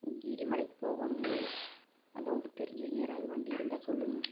கிரி மலைக்கு போகணுங்க அதுதான் உங்களுக்கு தெரிஞ்சவைங்க யாராவது வண்டி இருந்தால் சொல்லுங்க